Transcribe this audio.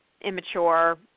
immature